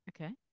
Okay